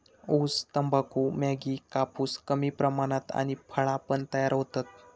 ऊस, तंबाखू, मॅगी, कापूस कमी प्रमाणात आणि फळा पण तयार होतत